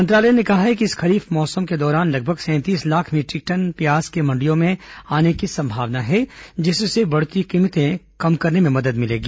मंत्रालय ने कहा है कि इस खरीफ मौसम के दौरान लगभग सैंतीस लाख मीट्रिक टन प्याज के मंडियों में आने की संभावना है जिससे बढ़ती कीमतें कम करने में मदद मिलेगी